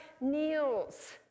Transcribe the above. kneels